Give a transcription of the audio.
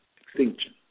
extinction